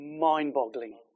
mind-boggling